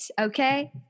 okay